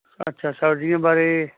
ਅੱਛਾ ਸਬਜ਼ੀਆਂ ਬਾਰੇ